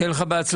שיהיה לך בהצלחה.